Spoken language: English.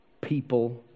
people